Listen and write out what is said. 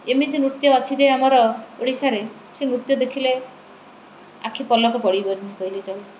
ଏମିତି ନୃତ୍ୟ ଅଛି ଯେ ଆମର ଓଡ଼ିଶାରେ ସେ ନୃତ୍ୟ ଦେଖିଲେ ଆଖି ପଲକ ପଡ଼ିବନି କହିଲି ଚଳେ